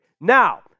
Now